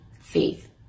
faith